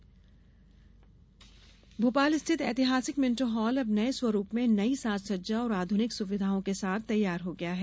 convention centre Bhopal स्थित एतिहासिक Minto Hall अब नये स्वरूप में नई साज सज्जा और आध्रनिक सुविधाओं के साथ तैयार हो गया है